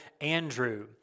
Andrew